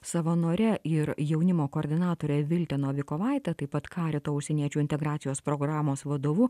savanore ir jaunimo koordinatore vilte novikovaite taip pat karito užsieniečių integracijos programos vadovu